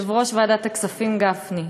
יושב-ראש ועדת הכספים גפני,